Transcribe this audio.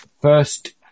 first